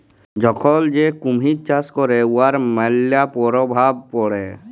এখল যে কুমহির চাষ ক্যরে উয়ার ম্যালা পরভাব পড়ে